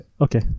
Okay